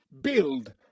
build